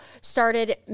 started